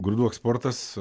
grūdų eksportas